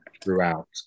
throughout